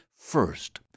first